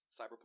cyberpunk